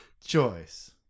choice